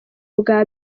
bwa